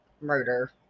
murder